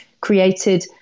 created